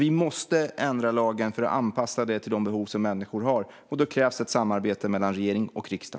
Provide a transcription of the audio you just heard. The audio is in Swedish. Vi måste alltså ändra lagen för att anpassa oss till de behov som människor har, och då krävs det ett samarbete mellan regering och riksdag.